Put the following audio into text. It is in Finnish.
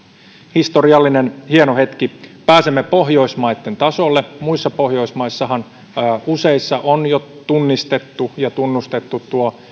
historiallinen hieno hetki pääsemme pohjoismaitten tasolle muissa pohjoismaissahan useissa on jo tunnistettu ja tunnustettu